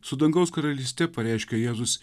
su dangaus karalyste pareiškia jėzus